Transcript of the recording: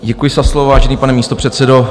Děkuji za slovo, vážený pane místopředsedo.